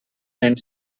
and